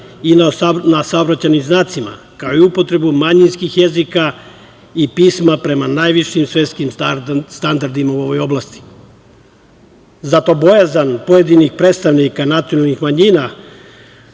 i na saobraćajnim znacima, kao i upotrebu manjinskih jezika i pisma prema najvišim svetskim standardima u ovoj oblasti. Zato bojazan pojedinih predstavnika nacionalnih manjina